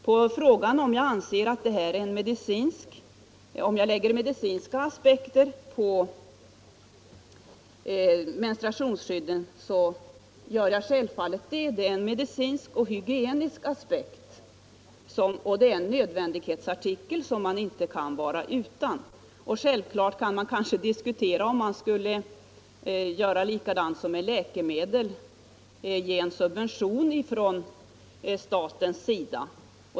På frågan om jag lägger medicinska aspekter på menstruationsskydden vill jag svara att jag självfallet lägger en medicinsk och hygiensk aspekt på dem. Det gäller en artikel som man inte kan vara utan. Givetvis kan vi diskutera om man skulle göra likadant som med läkemedel — ge en subvention från statens sida.